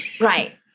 Right